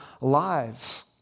lives